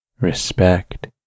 respect